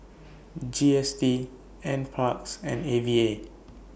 G S T N Parks and A V A